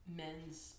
men's